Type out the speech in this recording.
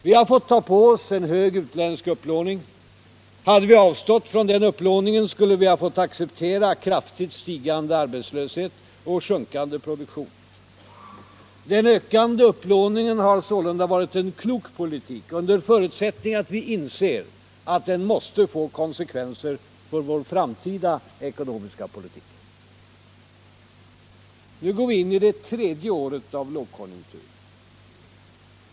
Vi har fått ta på oss en hög utländsk upplåning. Hade vi avstått från den upplåningen skulle vi fått acceptera kraftigt stigande arbetslöshet och sjunkande produktion. Den ökade upplåningen har sålunda varit en klok politik under förutsättning att vi inser att den måste få konsekvenser för vår framtida ekonomiska politik. Nu går vi in i det tredje året av lågkonjunktur.